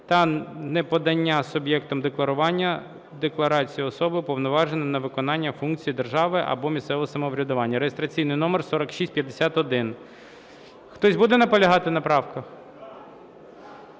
та неподання суб'єктом декларування декларації особи, уповноваженої на виконання функцій держави або місцевого самоврядування (реєстраційний номер 4651). Хтось буде наполягати на правках?